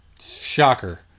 Shocker